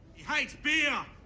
hates beer.